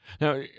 Now